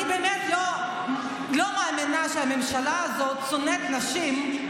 אני באמת לא מאמינה שהממשלה הזאת, שונאת הנשים,